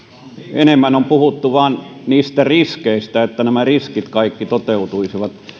enemmän on puhuttu vain niistä riskeistä siitä että nämä riskit kaikki toteutuisivat